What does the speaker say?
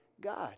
God